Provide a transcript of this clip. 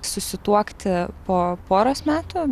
susituokti po poros metų